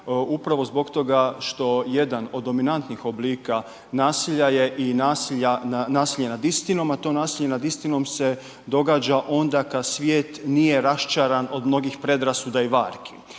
Upravo zbog toga što jedan od dominantnih nasilja je i nasilje nad istinom a to nasilje nad istinom se događa onda kada svijet nije raščaran od mnogih predrasuda i varki.